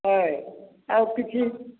ହଏ ଆଉ କିଛି